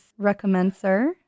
Recommencer